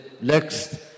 next